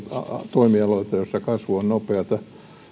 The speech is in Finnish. toimialoilla joilla kasvu on nopeata